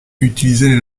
utilisaient